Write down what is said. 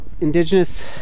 indigenous